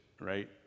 right